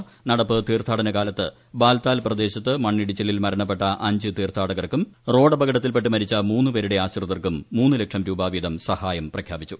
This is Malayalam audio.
അധ്യക്ഷൻ നടപ്പ് വോറ തീർത്ഥാടനകാലത്ത് ബാർത്താൽ പ്രദേശത്ത് മണ്ണിടിച്ചിലിൽ മരണപ്പെട്ട അഞ്ച് തീർത്ഥാടകർക്കും റോഡപക്ടത്തിൽപ്പെട്ട് മരിച്ച മൂന്ന് പേരുടെ ആശ്രിതർക്കും മൂന്നു ലക്ഷം രൂപ വീതം സഹായം പ്രഖ്യാപിച്ചു